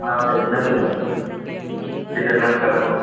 मा बायदि नांगौ नोंनो गेदेरना फिसा नांगौ